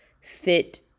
fit